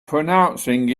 pronouncing